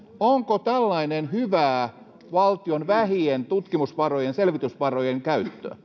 onko tällainen hyvää valtion vähien tutkimusvarojen selvitysvarojen käyttöä